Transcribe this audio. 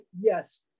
yes